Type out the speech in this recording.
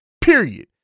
period